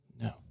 No